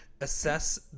assess